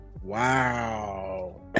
Wow